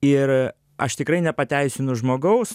ir aš tikrai nepateisinu žmogaus